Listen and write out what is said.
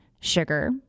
sugar